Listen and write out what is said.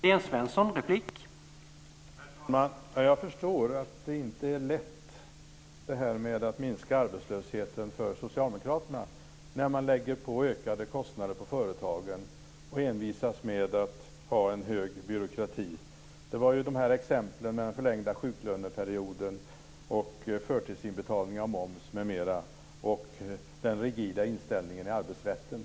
Herr talman! Jag förstår att det inte är lätt att minska arbetslösheten för socialdemokraterna när de lägger ökade kostnader på företagen och envisas med att ha en stor byråkrati. Jag tog exemplen med den förlängda sjuklöneperioden och förtidsinbetalning av moms m.m. och den rigida inställningen i arbetsrätten.